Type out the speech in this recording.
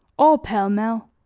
all pell-mell.